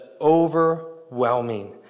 overwhelming